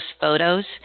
photos